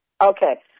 Okay